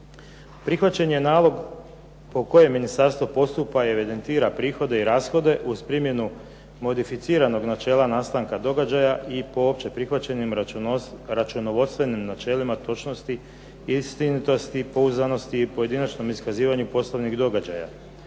Prihvaćen je nalog po kojem ministarstvo postupa i evidentira prihode i rashode uz primjenu modificiranog načela nastanka događaja i po opće prihvaćenim računovodstvenim načelima točnosti, istinitosti, pouzdanosti i pojedinačnom iskazivanju poslovnih događaja.